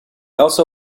also